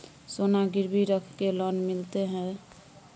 सोना गिरवी रख के लोन मिलते है?